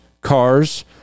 cars